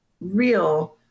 real